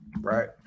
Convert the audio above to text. right